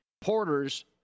Porter's